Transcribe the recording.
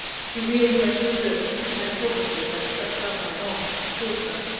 she reeled where she stood, and sank helplessly as i stretched out my arms to support her.